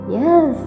yes